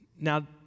Now